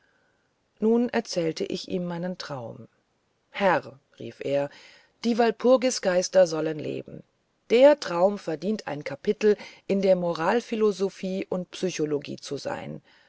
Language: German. nun erzählte ich ihm meinen traum herr rief er die walpurgisgeister sollen leben der traum verdient ein kapitel in der moralphilosophie und psychologie zu sein